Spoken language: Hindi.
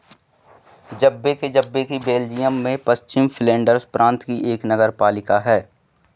जब्बेके जब्बेके बेल्जियम में पश्चिम फ़्लैंडर्स प्रांत की एक नगरपालिका है